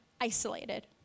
isolated